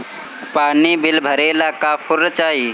पानी बिल भरे ला का पुर्फ चाई?